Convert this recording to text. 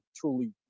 truly